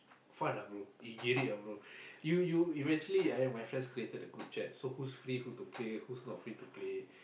fun ah bro you hate it eh gerek ah bro you you eventually I and my friend created the group chat so who is free who to play who is not free to play